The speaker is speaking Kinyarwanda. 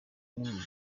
nubona